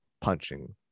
punching